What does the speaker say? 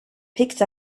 picked